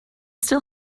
still